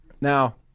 now